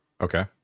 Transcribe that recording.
Okay